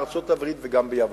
בארצות-הברית וגם ביוון: